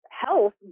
health